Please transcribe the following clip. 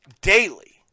daily